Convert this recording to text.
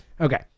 Okay